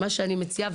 מה שאני מציעה,